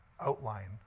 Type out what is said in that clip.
outline